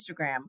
Instagram